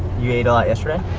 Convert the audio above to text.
you ate a lot yesterday?